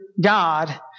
God